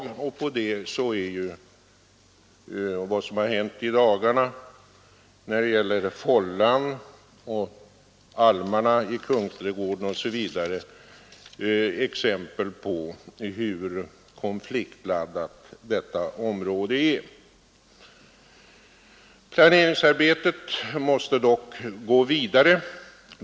Hur konfliktladdat detta område är bevisas av vad som har hänt i dagarna när det gäller Fållan och förut när det gällde almarna i Kungsträdgården osv. Planeringsarbetet måste dock gå vidare.